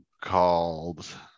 called